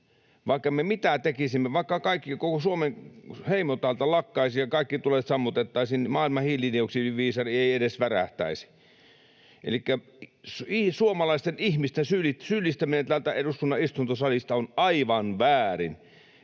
Vaikka me mitä tekisimme, vaikka koko Suomen heimo täältä lakkaisi ja kaikki tulet sammutettaisiin, niin maailman hiilidioksidiviisari ei edes värähtäisi. Elikkä suomalaisten ihmisten syyllistäminen täältä eduskunnan istuntosalista on aivan väärin.